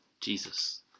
Jesus